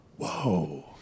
Whoa